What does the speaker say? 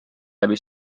läbi